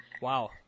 Wow